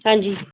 ਹਾਂਜੀ